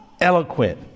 eloquent